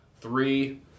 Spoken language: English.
three